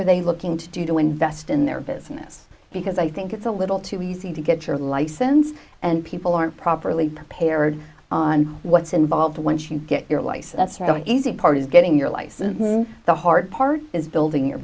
are they looking to do to invest in their business because i think it's a little too easy to get your license and people aren't properly prepared on what's involved once you get your life so that's how easy part is getting your license the hard part is building your